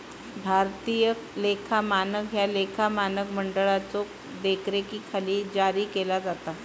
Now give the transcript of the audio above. भारतीय लेखा मानक ह्या लेखा मानक मंडळाच्यो देखरेखीखाली जारी केला जाता